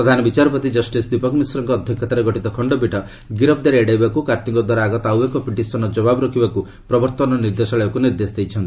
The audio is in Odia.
ପ୍ରଧାନବିଚାରପତି ଜଷ୍ଟିସ୍ ଦୀପକ ମିଶ୍ରଙ୍କ ଅଧ୍ୟକ୍ଷତାରେ ଗଠିତ ଖଣ୍ଡପୀଠ ଗିରଫ୍ଦାରୀ ଏଡ଼ାଇବାକୁ କାର୍ତ୍ତୀଙ୍କ ଦ୍ୱାରା ଆଗତ ଆଉଏକ ପିଟିସନ୍ର ଜବାବ ରଖିବାକୁ ପ୍ରବର୍ତ୍ତନ ନିର୍ଦ୍ଦେଶାଳୟକୁ ନିର୍ଦ୍ଦେଶ ଦେଇଛନ୍ତି